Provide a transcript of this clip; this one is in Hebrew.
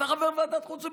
ואתה חבר ועדת החוץ והביטחון.